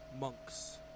monks